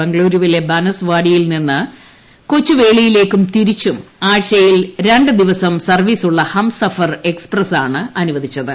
ബംഗളുരുവിലെ ബാനസ്വാടിയിൽ നിന്ന് കൊച്ചുവേളിയിലേക്കും തിരിച്ചും ആഴ്ചയിൽ ര ു ദിവസം സർവീസുള്ള ഹംസഫർ എക്സ്പ്രസാണ് അനുവദിച്ചത്